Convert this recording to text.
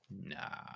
Nah